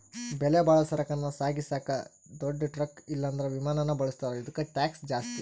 ಬೆಲೆಬಾಳೋ ಸರಕನ್ನ ಸಾಗಿಸಾಕ ದೊಡ್ ಟ್ರಕ್ ಇಲ್ಲಂದ್ರ ವಿಮಾನಾನ ಬಳುಸ್ತಾರ, ಇದುಕ್ಕ ಟ್ಯಾಕ್ಷ್ ಜಾಸ್ತಿ